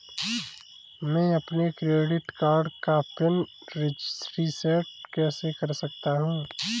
मैं अपने credit card का पिन रिसेट कैसे कर सकता हूँ?